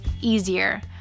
easier